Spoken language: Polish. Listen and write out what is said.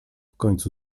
końcu